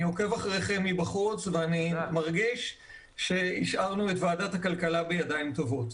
אני עוקב אחריכם מבחוץ ואני מרגיש שהשארנו את ועדת כלכלה בידיים טובות.